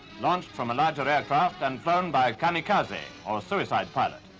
launched from a larger aircraft and flown by kamikaze, or suicide pilot.